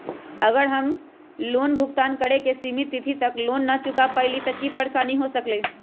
अगर हम लोन भुगतान करे के सिमित तिथि तक लोन न चुका पईली त की की परेशानी हो सकलई ह?